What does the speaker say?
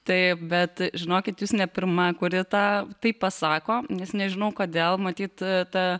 taip bet žinokit jūs ne pirma kuri tą taip pasako nes nežinau kodėl matyt ta